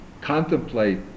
contemplate